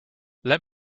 let